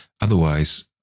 Otherwise